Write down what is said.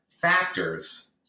factors